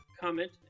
comment